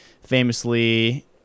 Famously